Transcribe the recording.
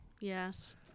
Yes